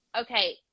okay